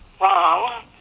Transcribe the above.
wrong